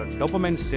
dopamine